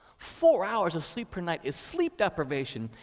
four hours of sleep per night is sleep deprivation,